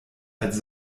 als